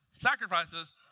sacrifices